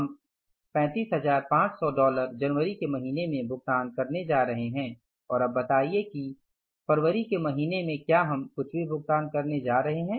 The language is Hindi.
हम 35500 डॉलर जनवरी के महीने में भुगतान करने जा रहे हैं और अब बताइए कि फरवरी के महीने में क्या हम कुछ भी भुगतान करने जा रहे हैं